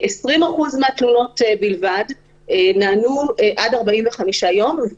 20% מהתלונות בלבד נענו עד 45 יום.